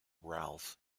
ralph